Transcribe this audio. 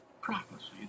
prophecy